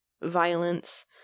violence